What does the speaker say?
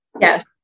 yes